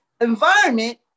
environment